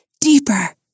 deeper